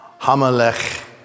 Hamalech